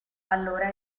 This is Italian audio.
allora